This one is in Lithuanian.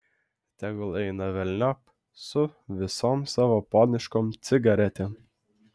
tegul eina velniop su visom savo poniškom cigaretėm